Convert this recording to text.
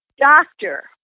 Doctor